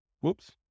Whoops